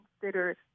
consider